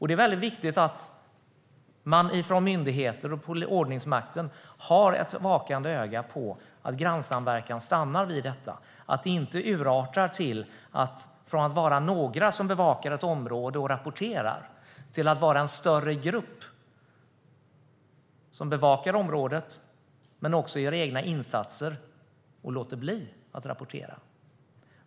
Det är väldigt viktigt att man från myndigheter och ordningsmakten har ett vakande öga på att grannsamverkan stannar vid detta och inte urartar från att vara några som bevakar ett område och rapporterar till att vara en större grupp som bevakar området men också gör egna insatser och låter bli att rapportera.